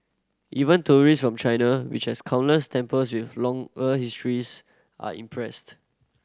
even tourist from China which has countless temples with longer histories are impressed